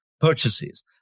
purchases